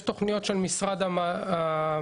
יש תוכניות של משרד המדע,